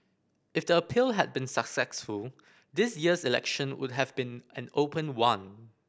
if the appeal had been successful this year's election would have been an open one